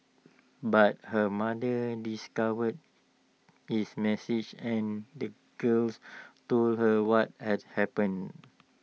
but her mother discovered his message and the girls told her what had happened